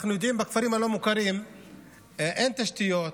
אנחנו יודעים שבכפרים הלא-מוכרים אין תשתיות,